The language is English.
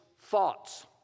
thoughts